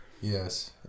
Yes